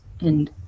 and-